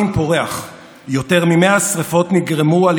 השילוב של הנציבות במשרד המבקר מאפשר חשיפה של